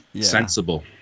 Sensible